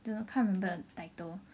don't know can't remember the title